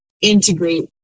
integrate